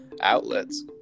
outlets